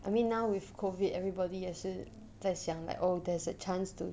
I mean now with COVID everybody 也是在想 like oh there's a chance to